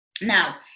Now